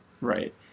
Right